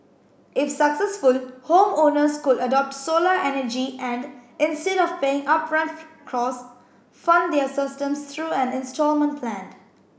if successful homeowners could adopt solar energy and instead of paying upfront cost fund their systems through an instalment plan